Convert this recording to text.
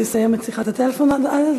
שיסיים את שיחת הטלפון עד אז,